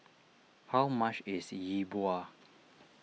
how much is Yi Bua